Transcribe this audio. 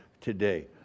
today